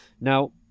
Now